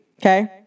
okay